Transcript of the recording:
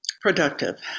Productive